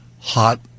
hot